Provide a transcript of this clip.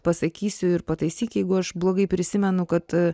pasakysiu ir pataisyk jeigu aš blogai prisimenu kad